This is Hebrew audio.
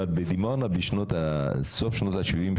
אבל בדימונה בסוף שנות השבעים,